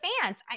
fans